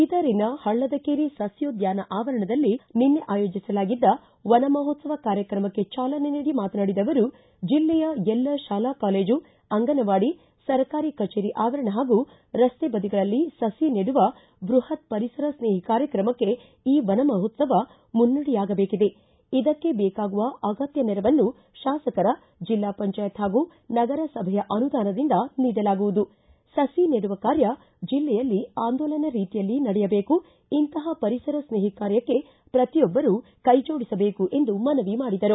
ಬೀದರಿನ ಪಳ್ಳದಕೇರಿ ಸಸ್ಯೋದ್ಯಾನ ಆವರಣದಲ್ಲಿ ನಿನ್ನೆ ಆಯೋಜಿಸಲಾಗಿದ್ದ ವನಮಹೋತ್ಸವ ಕಾರ್ಯಕ್ರಮಕ್ಕೆ ಚಾಲನೆ ನೀಡಿ ಮಾತನಾಡಿದ ಅವರು ಜಿಲ್ಲೆಯ ಎಲ್ಲಾ ಶಾಲಾ ಕಾಲೇಜು ಅಂಗನವಾಡಿ ಸರ್ಕಾರಿ ಕಜೇರಿ ಅವರಣ ಹಾಗೂ ರಸ್ತೆ ಬದಿಗಳಲ್ಲಿ ಸಸಿ ನೆಡುವ ಬೃಹತ್ ಪರಿಸರ ಸ್ನೇಹಿ ಕಾರ್ಯಕ್ರಮಕ್ಕೆ ಈ ವನಮಹೋತ್ಸವ ಮುನ್ನುಡಿಯಾಗಬೇಕಿದೆ ಇದಕ್ಕೆ ಬೇಕಾಗುವ ಅಗತ್ಯ ನೆರವನ್ನು ಶಾಸಕರ ಜಿಲ್ಲಾ ಪಂಚಾಯತ್ ಹಾಗೂ ನಗರಸಭೆಯ ಅನುದಾನದಿಂದ ನೀಡಲಾಗುವುದು ಸಸಿ ನೆಡುವ ಕಾರ್ಯ ಜಿಲ್ಲೆಯಲ್ಲಿ ಆಂದೋಲನ ರೀತಿಯಲ್ಲಿ ನಡೆಯಬೇಕು ಇಂತಪ ಪರಿಸರ ಸ್ನೇಹಿ ಕಾರ್ಯಕ್ಕೆ ಪ್ರತಿಯೊಬ್ಲರೂ ಕೈಜೋಡಿಸಬೇಕು ಎಂದು ಮನವಿ ಮಾಡಿದರು